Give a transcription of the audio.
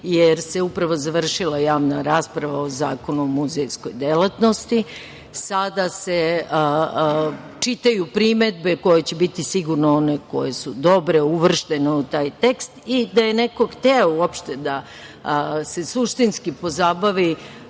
jer se upravo završila javna rasprava o Zakonu o muzejskoj delatnosti. Sada se čitaju primedbe koje će biti sigurno one koje su dobre, uvrštene u taj tekst. I, da je neko hteo uopšte da se suštinski pozabavi